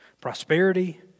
prosperity